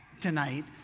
tonight